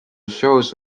shows